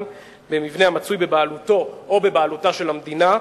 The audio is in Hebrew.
במבנה המצוי בבעלותו או בבעלות המדינה,